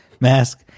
mask